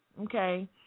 okay